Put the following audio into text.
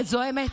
זו האמת.